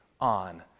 on